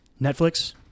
Netflix